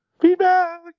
feedback